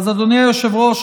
אז אדוני היושב-ראש,